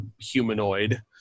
humanoid